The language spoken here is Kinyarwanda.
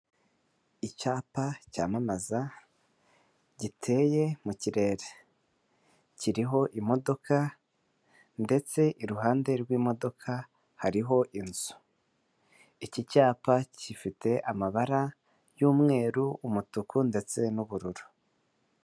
Icyapa cyamamaza, giteye mu kirere. Kiriho imodoka ndetse iruhande rw'imodoka, hariho inzu. Iki cyapa gifite amabara y'umweru, umutuku, ndetse n'ubururu.